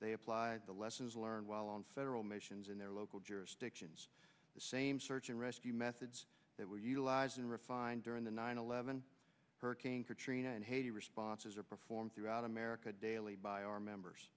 they applied the lessons learned while on federal missions in their local jurisdictions the same search and rescue methods that were utilized and refined during the nine eleven hurricane katrina and haiti responses are performed throughout america daily by our members